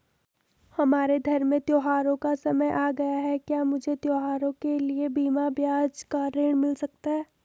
हमारे धर्म में त्योंहारो का समय आ गया है क्या मुझे त्योहारों के लिए बिना ब्याज का ऋण मिल सकता है?